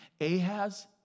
Ahaz